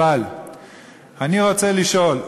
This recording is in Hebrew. אבל אני רוצה לשאול,